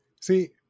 See